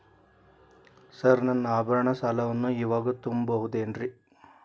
Sir ನನ್ನ ಆಭರಣ ಸಾಲವನ್ನು ಇವಾಗು ತುಂಬ ಬಹುದೇನ್ರಿ?